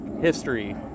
history